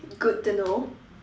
good to know